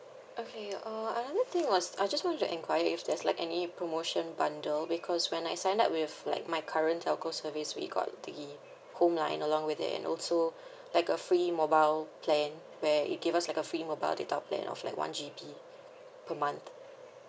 okay uh another thing was I just want to enquire if there's like any promotion bundle because when I signed up with like my current telco service we got the home line along with it and also like a free mobile plan where it give us like a free mobile data plan of flat one G_B per month